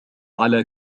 على